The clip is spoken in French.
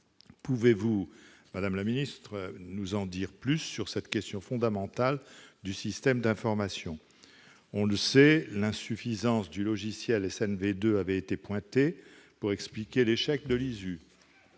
pouvez-vous nous en dire plus sur cette question fondamentale du système d'information ? On le sait, l'insuffisance du logiciel SNV2 avait été pointée pour expliquer l'échec de l'ISU.